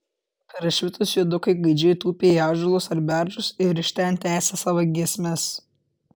prašvitus juodukai gaidžiai tūpė į ąžuolus ar beržus ir iš ten tęsė savo giesmes